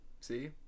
see